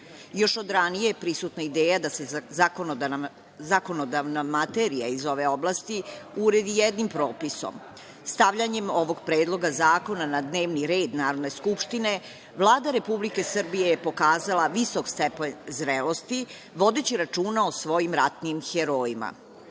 od ranije je prisutna ideja da se zakonodavna materija iz ove oblasti uredi jednim propisom. Stavljanjem ovog predloga zakona na dnevni red Narodne skupštine, Vlada Republike Srbije je pokazala visok stepen zrelosti, vodeći računa o svojim ratnim herojima. Predlogom